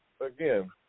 again